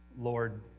Lord